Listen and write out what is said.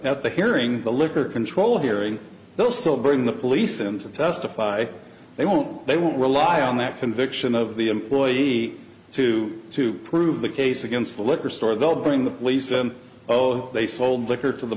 at the hearing the liquor control hearing they'll still bring the police and to testify they won't they won't rely on that conviction of the employee to to prove the case against the liquor store they'll bring the police and oh they sold liquor to the